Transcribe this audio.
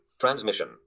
Transmission